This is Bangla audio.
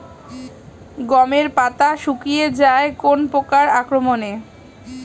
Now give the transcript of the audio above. গমের পাতা শুকিয়ে যায় কোন পোকার আক্রমনে?